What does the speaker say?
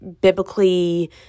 biblically—